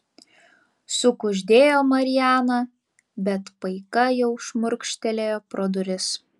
sukuždėjo mariana bet paika jau šmurkštelėjo pro duris